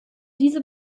diese